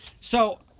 So-